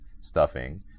Stuffing